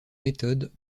méthode